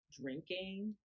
drinking